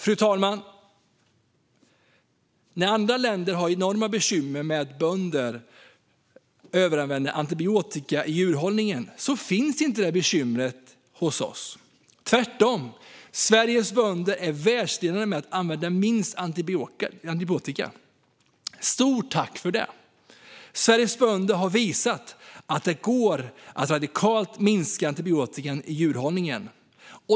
Fru talman! När andra länder har enorma bekymmer med att bönder överanvänder antibiotika i djurhållningen finns inte detta bekymmer hos oss. Tvärtom - Sveriges bönder är världsledande när det gäller att använda minst antibiotika. Stort tack för det! Sveriges bönder har visat att det går att radikalt minska antibiotikan i djurhållningen.